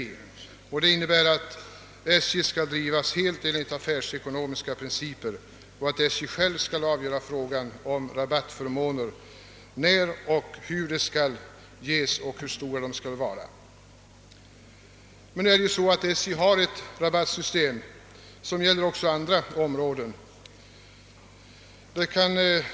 Dessa riktlinjer innebär att SJ skall drivas helt efter affärsekonomiska principer och att SJ självt skall avgöra frågan om rabattförmåner, när och hur de skall ges och hur stora de skall vara. Nu är det ju så att SJ redan har ett rabattsystem som gäller också andra områden.